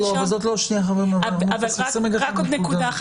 רק עוד נקודה.